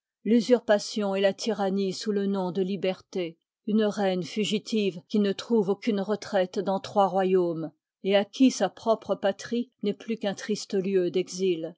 l'usurpation et la tyrannie sous le nom de liberté une reine fugitive qui ne trouve aucune retraite dans trois royaumes et à qui sa propre patrie n'est plus qu'un triste lieu d'exil